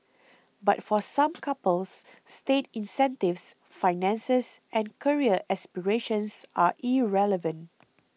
but for some couples state incentives finances and career aspirations are irrelevant